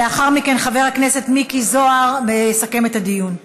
לאחר מכן חבר הכנסת מיקי זוהר יסכם את הדיון.